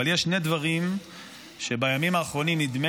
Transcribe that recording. אבל יש שני דברים שבימים האחרונים נדמה